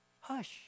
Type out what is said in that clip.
Hush